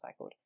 recycled